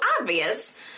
obvious